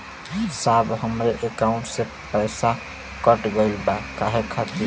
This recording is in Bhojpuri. साहब हमरे एकाउंट से पैसाकट गईल बा काहे खातिर?